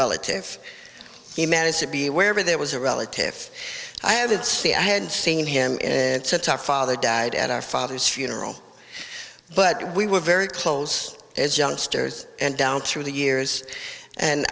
relative he managed to be wherever there was a relative i have that see i had seen him in a tough father died at our father's funeral but we were very close as youngsters and down through the years and